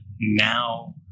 now